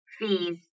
fees